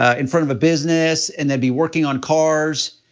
ah in front of a business, and they'd be working on cars,